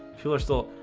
cooler still,